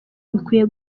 bikwiye